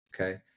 Okay